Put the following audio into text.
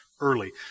early